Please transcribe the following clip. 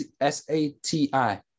S-A-T-I